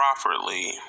properly